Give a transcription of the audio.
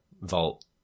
vault